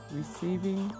receiving